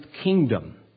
kingdom